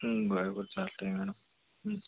बर बर चालते मॅडम